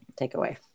takeaway